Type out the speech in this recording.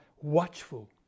watchful